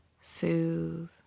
soothe